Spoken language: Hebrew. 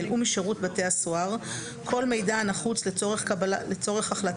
ומשירות בתי הסוהר כל מידע הנחוץ לצורך החלטתה,